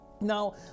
Now